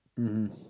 mmhmm